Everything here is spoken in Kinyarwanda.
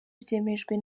byemejwe